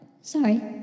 Sorry